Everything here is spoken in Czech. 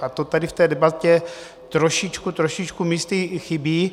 A to tady v té debatě trošičku, trošičku místy chybí.